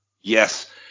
Yes